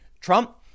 Trump